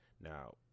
Now